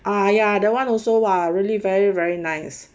啊呀 that [one] also lah really very very nice